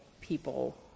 people